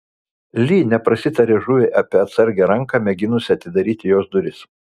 li neprasitarė žuviai apie atsargią ranką mėginusią atidaryti jos duris